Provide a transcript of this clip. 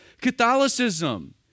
Catholicism